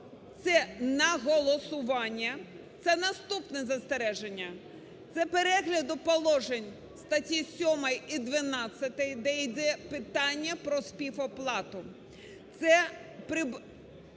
це на голосування. Це наступне застереження. Це перегляд положень статей 7 і 12 , де йде питання про співоплату.